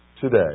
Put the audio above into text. today